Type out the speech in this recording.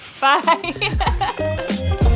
Bye